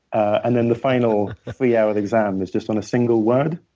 and then the final three-hour exam is just on a single word.